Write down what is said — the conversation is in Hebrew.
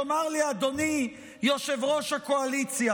תאמר לי, אדוני יושב-ראש הקואליציה,